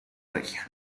región